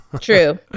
True